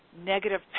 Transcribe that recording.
negative